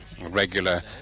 Regular